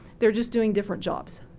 they're just doing different jobs,